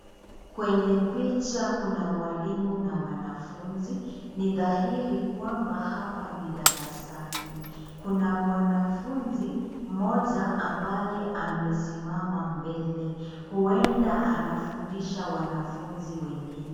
Kwenye picha kuna mwalimu na wanafunzi, ni dhahiri kwamba hapa ni darasani. Kuna wanafuzi moja ambaye amesimama mbele, huenda anafundisha wanafunzi wengine.